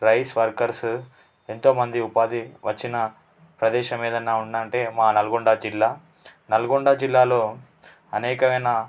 rice workers ఎంతోమంది ఉపాధి వచ్చిన ప్రదేశం ఏదన్నా ఉందా అంటే మా నల్గొండజిల్లా నల్గొండజిల్లాలో అనేకమైన